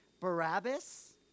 Barabbas